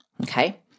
Okay